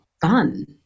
fun